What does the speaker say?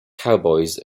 cowboys